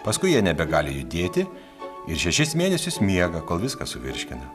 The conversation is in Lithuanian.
paskui jie nebegali judėti ir šešis mėnesius miega kol viską suvirškina